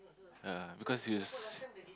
ah because it's